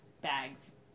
bags